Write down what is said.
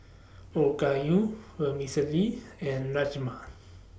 Okayu Vermicelli and Rajma